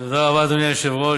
תודה רבה אדוני היושב-ראש.